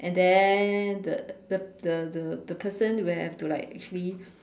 and then the the the the the person will have to like actually